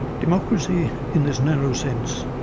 democracy in this narrow sense,